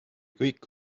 kõik